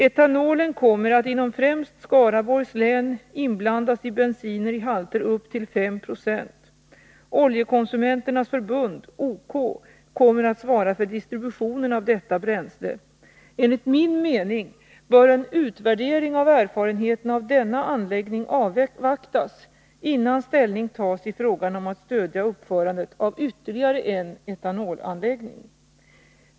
Etanolen kommer att inom främst Skaraborgs län inblandas i bensinen i halter upp till 5 26. Oljekonsumenternas Förbund kommer att svara för distributionen av detta bränsle. Enligt min mening bör en utvärdering av erfarenheterna av denna anläggning avvaktas innan ställning tas i frågan om att stödja uppförandet av ytterligare en etanolanläggning.